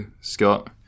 Scott